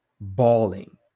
bawling